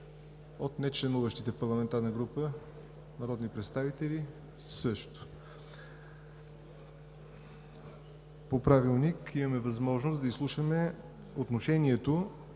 От нечленуващите в парламентарна група народни представители – също. По Правилник имаме възможност да изслушаме отношението